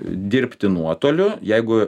dirbti nuotoliu jeigu